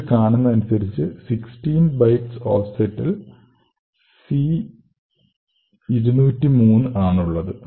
ഇതിൽ കാണുന്നതനുസരിച് 16 ബൈറ്റ്സ് ഓഫ്സെറ്റിൽ c203 ആണുള്ളത്